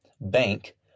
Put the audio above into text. bank